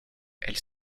elle